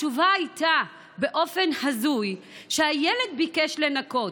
התשובה הייתה, באופן הזוי, שהילד ביקש לנקות.